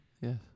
Yes